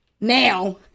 now